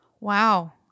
Wow